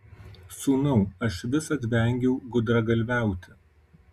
sūnau aš visad vengiau gudragalviauti